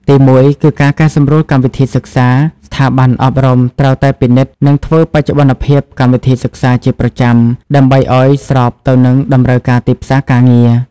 ទីមួយគឺ ការកែសម្រួលកម្មវិធីសិក្សា ស្ថាប័នអប់រំត្រូវតែពិនិត្យ និងធ្វើបច្ចុប្បន្នភាពកម្មវិធីសិក្សាជាប្រចាំដើម្បីឱ្យស្របទៅនឹងតម្រូវការទីផ្សារការងារ។